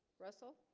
russell